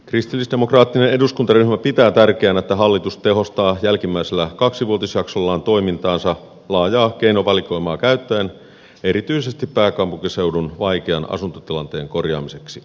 kristillisdemokraattinen eduskuntaryhmä pitää tärkeänä että hallitus tehostaa jälkimmäisellä kaksivuotisjaksollaan toimintaansa laajaa keinovalikoimaa käyttäen erityisesti pääkaupunkiseudun vaikean asuntotilanteen korjaamiseksi